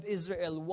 Israel